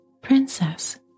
Princess